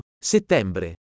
settembre